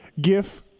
gif